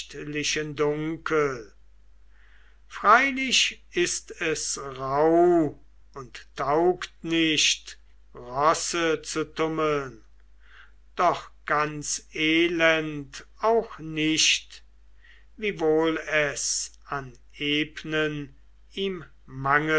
dunkel freilich ist es rauh und taugt nicht rosse zu tummeln doch ganz elend auch nicht wiewohl es an ebnen ihm